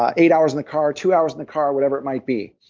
ah eight hours in the car, two hours in the car whatever it might be.